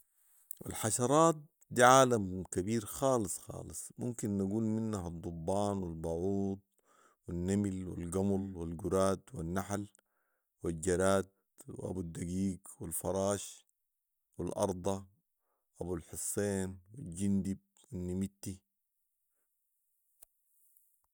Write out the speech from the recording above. الحشرات دي عالم كبير خالص خالص ممكن نقول منها الضبان والباعوض والنمل والقمل والقراد والنحل والجراد وابوالدقيق و الفراش والارضه ،ابوالحصين ،الجندب ،النمتي